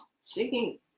Singing